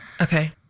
Okay